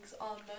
on